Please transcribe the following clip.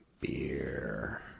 Beer